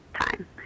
time